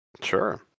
Sure